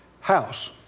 house